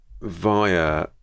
via